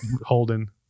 Holden